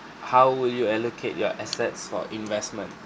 how will you allocate your assets for investment